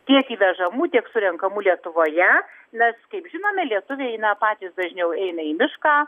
tiek įvežamų tiek surenkamų lietuvoje mes kaip žinome lietuviai na patys dažniau eina į mišką